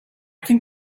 can